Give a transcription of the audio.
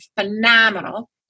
phenomenal